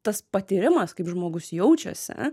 tas patyrimas kaip žmogus jaučiasi